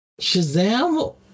Shazam